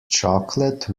chocolate